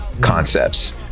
concepts